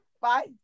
Bye